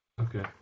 Okay